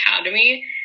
academy